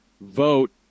vote